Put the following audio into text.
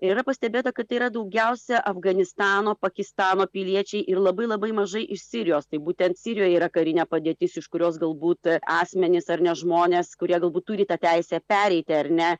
yra pastebėta kad yra daugiausiai afganistano pakistano piliečiai ir labai labai mažai iš sirijos tai būtent sirijoje yra karinė padėtis iš kurios galbūt asmenys ar ne žmonės kurie galbūt turi tą teisę pereiti ar ne